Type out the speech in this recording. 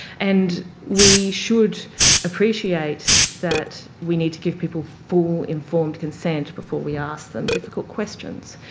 and we should appreciate that we need to give people full informed consent before we ask them difficult questions.